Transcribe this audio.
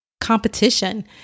competition